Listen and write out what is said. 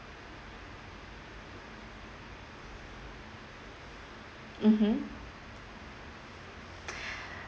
mmhmm